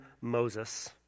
Moses